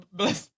bless